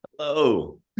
Hello